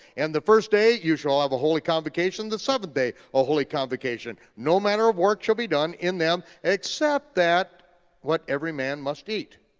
and the first day, you shall have a holy convocation, the seventh day a holy convocation. no manner of work shall be done in them except that what every man must eat.